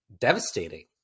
devastating